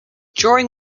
during